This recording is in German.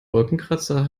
wolkenkratzer